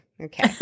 Okay